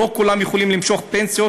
לא כולם יכולים למשוך פנסיות,